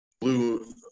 Blue